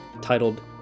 titled